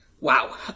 Wow